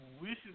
wishes